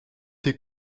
des